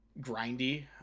grindy